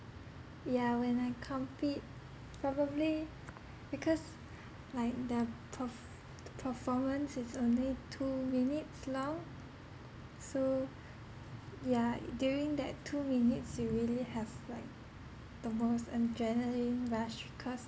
yeah when I compete probably because like the perf~ performance is only two minutes long so yeah during that two minutes you really have like the most adrenaline rush because